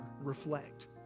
reflect